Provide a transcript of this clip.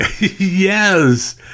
Yes